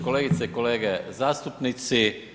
Kolegice i kolege zastupnici.